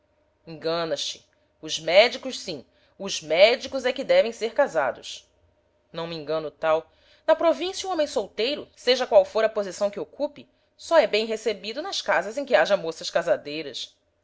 enganas-te os médicos sim os médicos é que devem ser casados não me engano tal na província o homem solteiro seja qual for a posição que ocupe só é bem recebido nas casas em que haja moças casadeiras